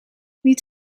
niet